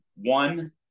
one